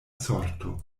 sorto